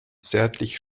zärtlich